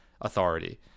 authority